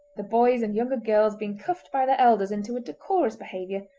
the boys and younger girls being cuffed by their elders into a decorous behaviour,